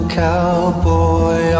cowboy